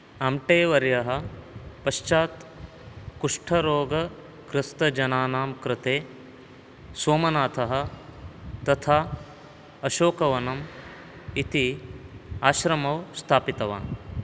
आम्टे वर्यः पश्चात् कुष्ठरोगग्रस्तजनानाम् कृते सोमनाथः तथा अशोकवनम् इति आश्रमौ स्थापितवान्